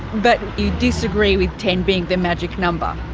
but you disagree with ten being the magic number?